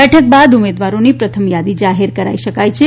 બેઠક બાદ ઉમેદવારોની પ્રથમ થાદી જાહેર કરાશે